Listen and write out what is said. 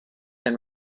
and